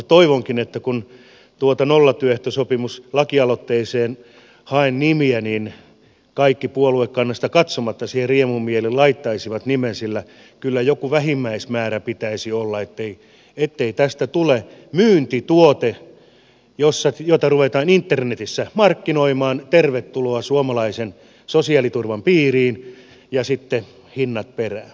toivonkin että kun tuohon nollatyöehtosopimuslakialoitteeseen haen nimiä niin kaikki puoluekantaan katsomatta siihen riemumielin laittaisivat nimen sillä kyllä joku vähimmäismäärä pitäisi olla ettei tästä tule myyntituote jota ruvetaan internetissä markkinoimaan tervetuloa suomalaisen sosiaaliturvan piiriin ja sitten hinnat perään